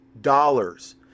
dollars